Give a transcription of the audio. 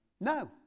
No